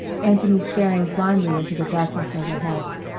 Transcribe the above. anthony staring blindly into the darkness overhead.